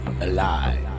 alive